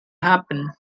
happen